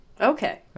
Okay